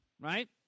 right